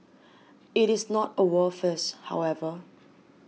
it is not a world first however